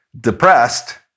depressed